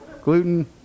Gluten